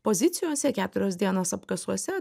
pozicijose keturios dienos apkasuose